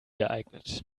geeignet